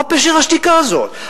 מה פשר השתיקה הזאת?